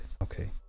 Okay